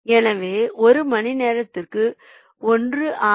எனவே ஒரு மணி நேரத்திற்கு 161